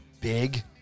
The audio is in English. big